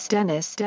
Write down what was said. Dennis